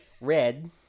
Red